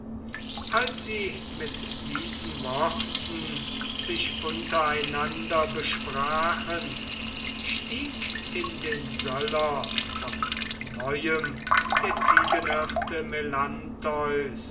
als sie mit diesen worten sich untereinander besprachen stieg in den söller von neuem der ziegenhirte